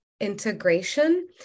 integration